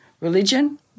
religion